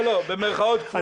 לא, במרכאות כפולות ומכופלות.